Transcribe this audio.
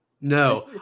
No